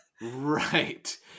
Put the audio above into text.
right